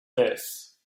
this